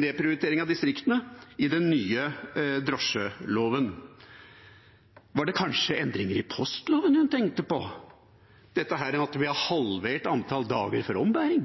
nedprioritering av distriktene i den nye drosjeloven. Var det kanskje endringer i postloven hun tenkte på – det at vi har halvert antall dager med ombæring?